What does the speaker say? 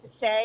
say